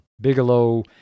Bigelow